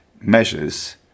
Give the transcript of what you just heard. measures